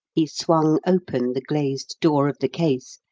he swung open the glazed door of the case,